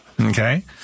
okay